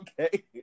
Okay